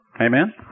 Amen